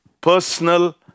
personal